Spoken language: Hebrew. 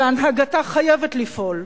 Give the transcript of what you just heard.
והנהגתה חייבת לפעול,